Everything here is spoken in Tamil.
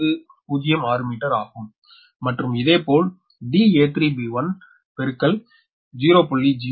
1506 மீட்டர் ஆகும் மற்றும் இதேபோல் da3b1 0